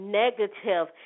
negative